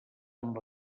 amb